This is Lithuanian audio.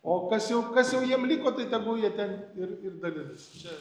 o kas jau kas jau jiem liko tai tegul jie ten ir ir dalins čia